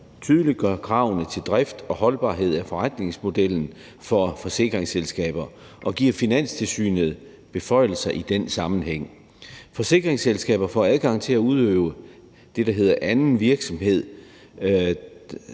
tydeliggør kravene til drift og holdbarhed af forretningsmodellen for forsikringsselskaber og giver Finanstilsynet beføjelser i den sammenhæng. Forsikringsselskaber får adgang til at udøve det, der hedder anden virksomhed,